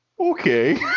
Okay